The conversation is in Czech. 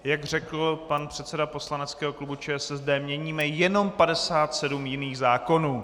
Jak řekl pan předseda poslaneckého klubu ČSSD, měníme jenom 57 jiných zákonů.